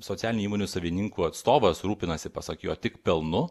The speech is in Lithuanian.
socialinių įmonių savininkų atstovas rūpinasi pasak jo tik pelnu